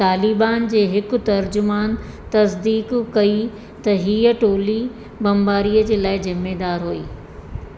तालिबान जे हिकु तर्जुमान तसदीक़ु कई त हीअ टोली बमबारी जे लाइ ज़िमेदारु हुई